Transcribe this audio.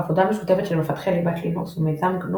עבודה משותפת של מפתחי ליבת לינוקס ומיזם גנו